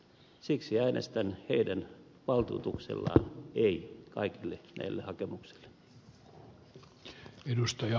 siksi äänestän heidän valtuutuksellaan ei kaikille näille hakemuksille